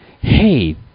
hey